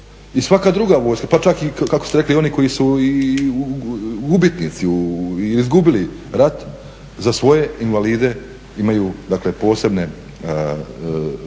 i svaka druga vojska, pa čak kako ste rekli i oni koji su gubitnici, izgubili rat, za svoje invalide imaju posebne zakone